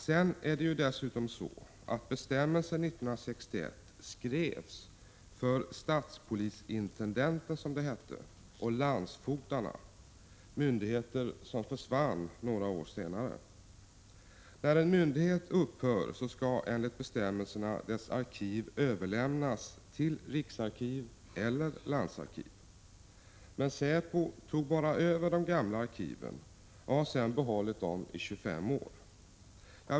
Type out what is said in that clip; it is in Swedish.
Sedan är det dessutom så att bestämmelsen från 1961 skrevs för, som det hette, statspolisintendenten och landsfogdarna, myndigheter som avskaffades några år senare. När en myndighet upphör skall dess arkiv enligt bestämmelserna överlämnas till riksarkiv eller landsarkiv. Men säpo tog bara över de gamla arkiven och har sedan behållit dem i 25 år.